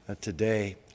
today